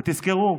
ותזכרו: